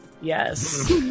Yes